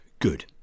good